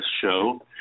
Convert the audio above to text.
show